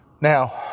Now